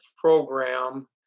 program